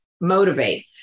motivate